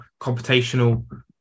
computational